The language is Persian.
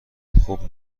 خوب